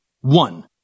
One